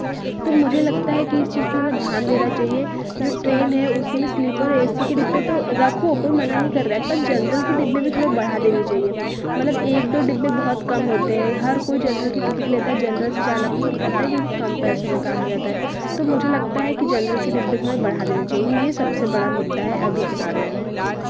तो मुझे लगता है कि इस चीज़ पर ध्यान देना चाहिए जो ट्रेन है उसमें स्लीपर ए सी के डब्बे तो रखो कोई मना नहीं कर रहा है पर जनरल के डब्बे भी थोड़े बढ़ा देनी चाहिए मतलब एक दो डब्बे बहुत कम होते हैं हर कोई जेनरल की टिकिट लेता है जेनरल से जाना पसंद करता है क्योंकि कम पैसो में काम हो जाता है तो मुझे लगता है कि जनरल की डब्बे थोड़े बढ़ा देने चाहिए यह सबसे बड़ा मुद्दा है अभी के समय में